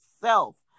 self